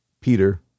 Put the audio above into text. Peter